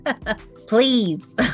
Please